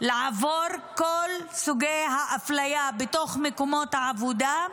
לעבור את כל סוגי האפליה במקומות העבודה,